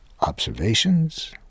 observations